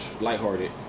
lighthearted